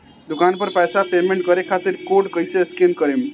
दूकान पर पैसा पेमेंट करे खातिर कोड कैसे स्कैन करेम?